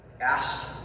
ask